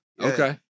Okay